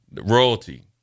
royalty